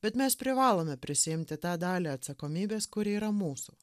bet mes privalome prisiimti tą dalį atsakomybės kuri yra mūsų